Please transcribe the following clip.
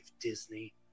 Disney